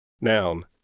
Noun